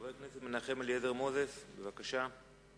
חבר הכנסת מנחם אליעזר מוזס, בבקשה.